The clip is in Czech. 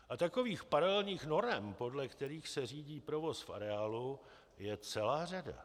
A takových paralelních norem, podle kterých se řídí provoz v areálu, je celá řada.